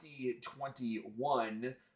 2021